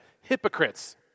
Hypocrites